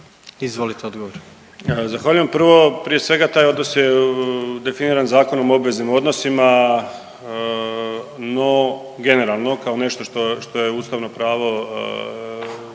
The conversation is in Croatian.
Stjepan (HNS)** Zahvaljujem. Prvo prije svega taj odnos je definiran Zakonom o obveznim odnosima, no generalno kao nešto što je ustavno pravo